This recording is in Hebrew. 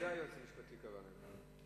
גם את היועץ המשפטי, ?